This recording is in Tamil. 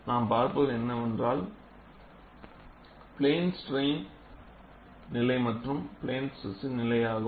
நாம் பார்ப்பது என்னவென்றால் பிளேன் ஸ்ட்ரைன் நிலை மற்றும் பிளேன் ஸ்ட்ரெஸ் நிலை ஆகும்